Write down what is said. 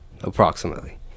approximately